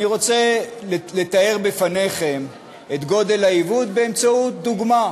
אני רוצה לתאר לכם את גודל העיוות באמצעות דוגמה.